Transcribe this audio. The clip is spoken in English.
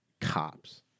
cops